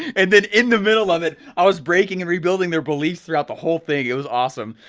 and then in the middle of it, i was breaking and rebuilding their beliefs throughout the whole thing, it was awesome.